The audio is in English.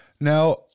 Now